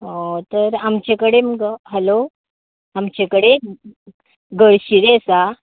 तर आमचे कडेन मुगो हॅलो आमचे कडेन गळशिरी आसा